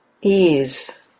ease